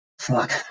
fuck